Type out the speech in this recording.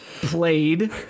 Played